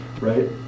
right